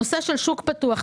הנושא של שוק פתוח,